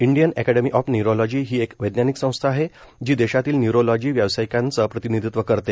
Indian academy of neurology ही एक वैज्ञानिक संस्था आहे जी देशातील न्यूरोलॉजि व्यावसायिकांचं प्रतिनिधित्व करते